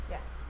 Yes